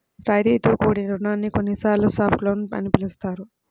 రాయితీతో కూడిన రుణాన్ని కొన్నిసార్లు సాఫ్ట్ లోన్ గా పిలుస్తారు